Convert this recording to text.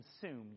consume